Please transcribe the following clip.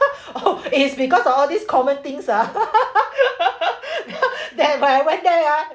oh it is because of all these common things ah then when I went there ah